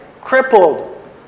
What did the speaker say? crippled